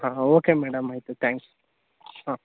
ಹಾಂ okay madam ಆಯಿತು thanks ಹಾಂ